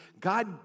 God